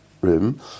room